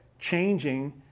changing